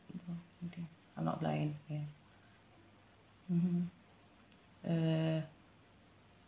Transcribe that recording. grateful okay I'm not blind ya mmhmm uh